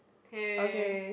hey